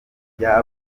rya